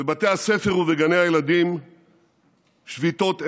בבתי הספר ובגני הילדים שביתות אין-סופיות,